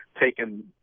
taken